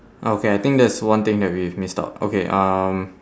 ah okay I think that's one thing that we've missed out okay um